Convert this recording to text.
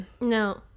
no